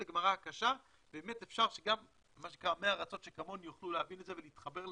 אפשר שכולם יוכלו להבין ולהתחבר לזה.